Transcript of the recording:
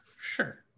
Sure